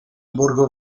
borgo